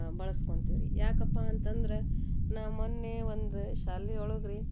ಬಳಸ್ಕೊಂತೀವಿ ರೀ ಯಾಕಪ್ಪ ಅಂತಂದ್ರೆ ನಾ ಮೊನ್ನೆ ಒಂದು ಶಾಲೆ ಒಳಗೆ ರೀ